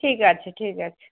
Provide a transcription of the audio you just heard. ঠিক আছে ঠিক আছে